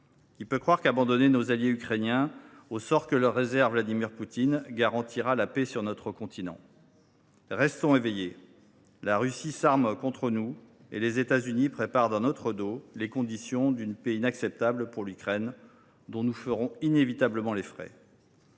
Qui peut croire qu’abandonner nos alliés ukrainiens au sort que leur réserve Vladimir Poutine garantira la paix sur notre continent ? Restons éveillés : la Russie s’arme contre nous et les États Unis préparent dans notre dos les conditions d’une paix inacceptable pour l’Ukraine, dont nous ferons inévitablement les frais.